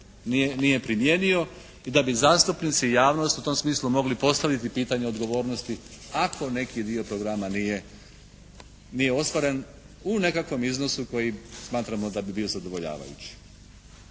nije primijenio i da bi zastupnici javnost u tom smislu mogli postaviti pitanje odgovornosti ako neki dio programa nije ostvaren u nekakvom iznosu koji smatramo da bi bio zadovoljavajući.